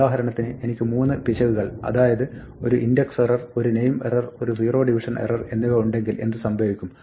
ഉദാഹരണത്തിന് എനിക്ക് മൂന്ന് പിശകുകൾ അതായത് ഒരു ഇൻഡക്സ് എറർ ഒരു നെയിം എറർ ഒരു സീറോ ഡിവിഷൻ എറർ എന്നിവ ഉണ്ടെങ്കിൽ എന്ത് സംഭവിക്കും